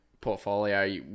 portfolio